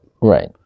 right